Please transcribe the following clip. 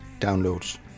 downloads